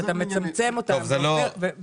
כי אתה מצמצם אותם --- מיכל,